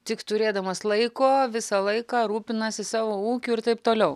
tik turėdamas laiko visą laiką rūpinasi savo ūkiu ir taip toliau